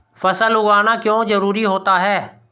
फसल उगाना क्यों जरूरी होता है?